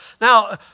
Now